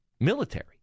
military